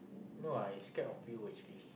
no I scared of you actually